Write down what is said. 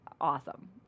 awesome